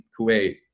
Kuwait